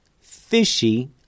fishy